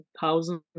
thousands